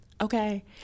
Okay